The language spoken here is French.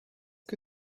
que